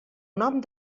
nom